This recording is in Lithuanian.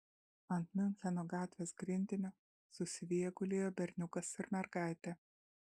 ant miuncheno gatvės grindinio susiviję gulėjo berniukas ir mergaitė